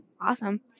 Awesome